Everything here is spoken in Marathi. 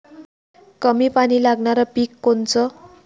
कमी पानी लागनारं पिक कोनचं?